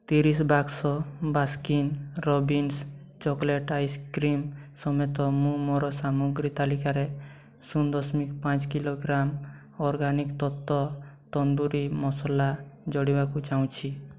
ତିରିଶି box Baskin Robbins chocolate ice cream ସମେତ ମୁଁ ମୋର ସାମଗ୍ରୀ ତାଲିକାରେ ଶୂନ ଦଶମିକ ପାଞ୍ଚ କିଲୋଗ୍ରାମ ଅର୍ଗାନିକ୍ ତତ୍ତ୍ଵ ତନ୍ଦୁରି ମସଲା ଯୋଡ଼ିବାକୁ ଚାହୁଁଛି